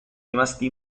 rimasti